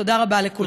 תודה רבה לכולכם.